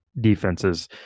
defenses